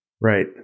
Right